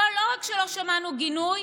פה לא רק שלא שמענו גינוי,